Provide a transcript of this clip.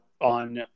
on